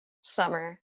Summer